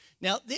Now